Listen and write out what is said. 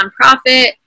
nonprofit